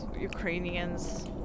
Ukrainians